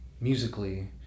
musically